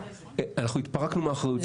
אנחנו התפרקנו מאחריות עליהם.